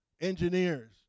engineers